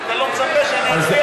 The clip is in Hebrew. אבל אתה לא מצפה שאני אצביע בעדה.